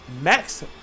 max